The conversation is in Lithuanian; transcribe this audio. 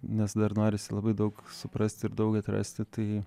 nes dar norisi labai daug suprasti ir daug atrasti tai